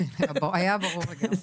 היה ברור לגמרי.